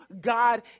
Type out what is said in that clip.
God